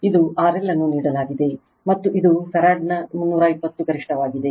ಇದು RL ಅನ್ನು ನೀಡಲಾಗಿದೆ ಮತ್ತು ಇದು ಫರಾಡ್ನ 320 ಗರಿಷ್ಠವಾಗಿದೆ